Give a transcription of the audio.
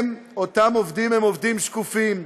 אותם עובדים הם עובדים שקופים,